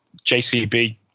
JCB